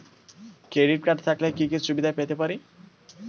Credit card থাকলে কি কি সুবিধা পেতে পারি?